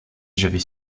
j’avais